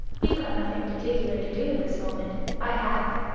you've got nothing particular to do at this moment i have.